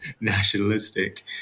nationalistic